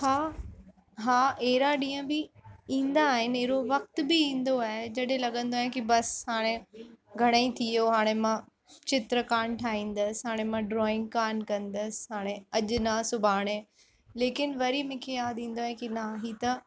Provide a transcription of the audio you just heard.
हा हा अहिड़ा ॾींहं बि ईंदा आहिनि अहिड़ो वक़्ति बि ईंदो आहे जॾहिं लॻंदो आहे के बस हाणे घणेई थी वियो हाणे मां चित्र कान ठहींदसि हाणे मां ड्रॉइंग कान कंदसि हाणे अॼु न सुभाणे लेकिन वरी मूंखे यादि ईंदो आहे कि न हीउ त